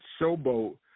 showboat